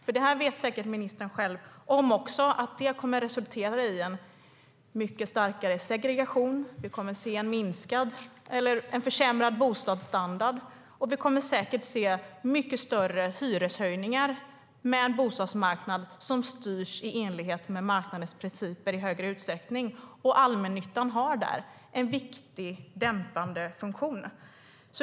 Ministern vet säkert också att det kommer att resultera i en mycket starkare segregation. Vi kommer att se en försämrad bostadsstandard. Och vi kommer säkert att se mycket större hyreshöjningar med en bostadsmarknad som i större utsträckning styrs i enlighet med marknadens principer. Allmännyttan har där en viktig dämpande funktion.